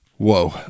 Whoa